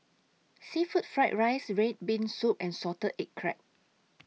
Seafood Fried Rice Red Bean Soup and Salted Egg Crab